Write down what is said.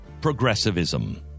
progressivism